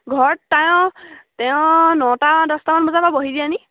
ঘৰত তেওঁ তেওঁ নটা দহটামান বজাৰপৰা বহি দিয়ে নেকি